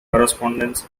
correspondence